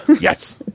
Yes